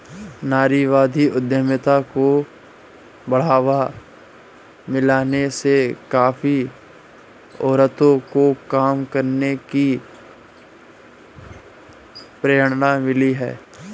नारीवादी उद्यमिता को बढ़ावा मिलने से काफी औरतों को काम करने की प्रेरणा मिली है